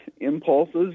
impulses